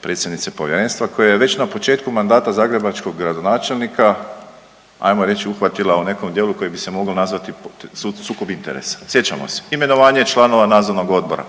predsjednice povjerenstva koja je već na početku mandata zagrebačkog gradonačelnika hajmo reći uhvatila u nekom dijelu koji bi se mogao nazvati sukob interesa. Sjećamo se? Imenovanje članova Nadzornog odbora.